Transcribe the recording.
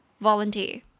Volunteer